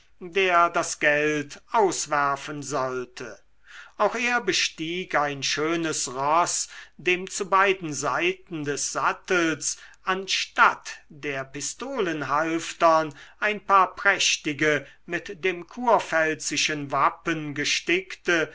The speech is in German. der das geld auswerfen sollte auch er bestieg ein schönes roß dem zu beiden seiten des sattels anstatt der pistolenhalftern ein paar prächtige mit dem kurpfälzischen wappen gestickte